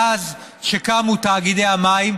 מאז שקמו תאגידי המים,